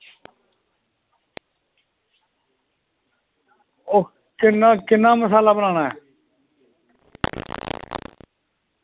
ओह् किन्ना किन्ना मसाला बनाना ऐ